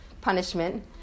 punishment